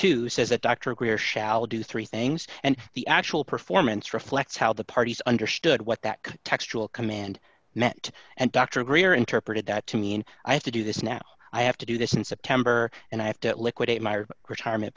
two says that dr greer shall do three things and the actual performance reflects how the parties understood what that textual command met and dr greer interpreted that to mean i have to do this now i have to do this in september and i have to liquidate my retirement